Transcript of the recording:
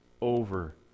over